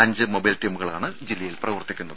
അഞ്ച് മൊബൈൽ ടീമുകളാണ് ജില്ലയിൽ പ്രവർത്തിക്കുന്നത്